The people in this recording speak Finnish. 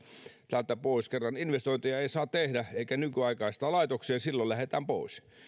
täältä pois kun kerran investointeja ei saa tehdä eikä nykyaikaistaa laitoksia niin silloin lähdetään pois